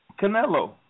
Canelo